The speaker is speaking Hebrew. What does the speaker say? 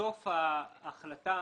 ובסוף ההחלטה